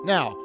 Now